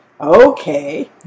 Okay